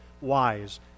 wise